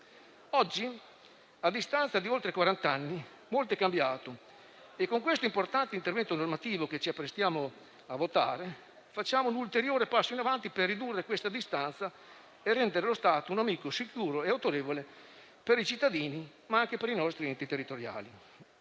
Oggi, a distanza di oltre quarant'anni, molto è cambiato e con l'importante intervento normativo che ci apprestiamo a votare facciamo un ulteriore passo in avanti per ridurre questa distanza e rendere lo Stato un amico sicuro e autorevole per i cittadini, ma anche per i nostri enti territoriali.